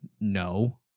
No